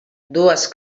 dues